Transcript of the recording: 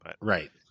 Right